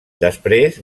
després